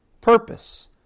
purpose